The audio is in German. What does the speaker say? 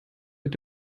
mit